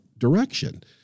Direction